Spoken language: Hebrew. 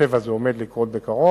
בבאר-שבע זה עומד לקרות בקרוב,